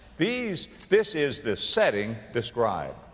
these, this is the setting described.